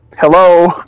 Hello